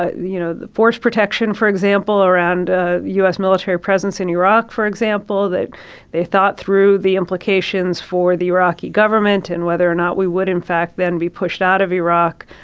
ah you know, force protection, for example, around u s. military presence in iraq, for example, that they thought through the implications for the iraqi government and whether or not we would, in fact, then be pushed out of iraq.